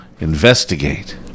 investigate